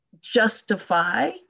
justify